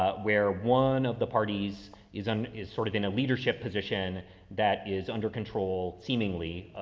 ah where one of the parties is on is sort of in a leadership position that is under control seemingly.